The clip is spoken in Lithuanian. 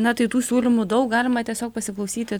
na tai tų siūlymų daug galima tiesiog pasiklausyti